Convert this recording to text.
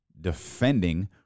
defending